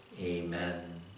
Amen